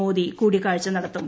മോദി കൂടിക്കാഴ്ച നടത്തും